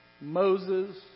Moses